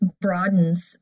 broadens